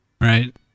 Right